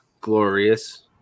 glorious